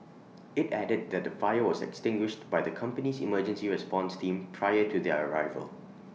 IT added that the fire was extinguished by the company's emergency response team prior to their arrival